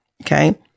okay